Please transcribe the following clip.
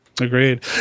Agreed